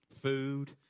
food